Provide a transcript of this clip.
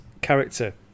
character